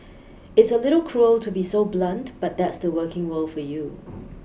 it's a little cruel to be so blunt but that's the working world for you